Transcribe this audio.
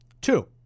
Two